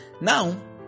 Now